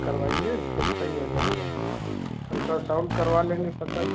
करवाइए सब सही हो जाएगी अल्ट्रासाउंड करवा लेंगे पता